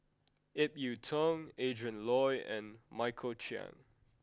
Ip Yiu Tung Adrin Loi and Michael Chiang